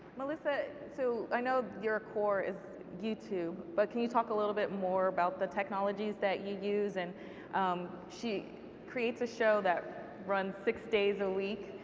melissa, so i know your core is youtube, but can you talk a little bit more about the technologies that you use? and um she she creates a show that runs six days a week.